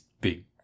big